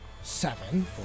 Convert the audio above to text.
seven